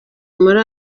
muri